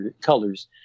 colors